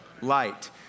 Light